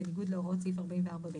בניגוד להוראות סעיף 44(ב).